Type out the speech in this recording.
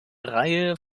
reihe